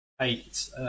eight